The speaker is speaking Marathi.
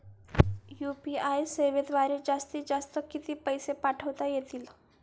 यू.पी.आय सेवेद्वारे जास्तीत जास्त किती पैसे पाठवता येतील?